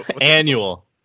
Annual